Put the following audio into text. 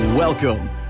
Welcome